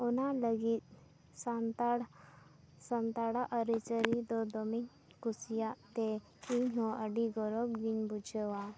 ᱚᱱᱟ ᱞᱟᱹᱜᱤᱫ ᱥᱟᱱᱛᱟᱲ ᱥᱟᱱᱛᱟᱲᱟᱜ ᱟᱨᱤᱪᱟᱹᱞᱤ ᱫᱚ ᱫᱚᱢᱮᱧ ᱠᱩᱥᱤᱭᱟᱜ ᱛᱮ ᱤᱧ ᱦᱚᱸ ᱟᱹᱰᱤ ᱜᱚᱨᱚᱵ ᱜᱤᱧ ᱵᱩᱡᱷᱟᱹᱣᱟ